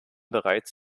bereits